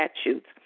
statutes